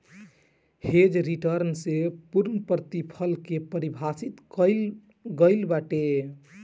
hedge return से पूर्णप्रतिफल के पारिभाषित कईल गईल बाटे